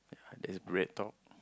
there's BreadTalk